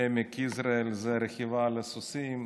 בעמק יזרעאל, הוא רכיבה על סוסים.